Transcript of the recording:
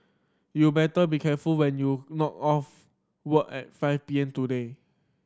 you better be careful when you've knock off work at five P M today